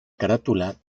carátula